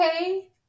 okay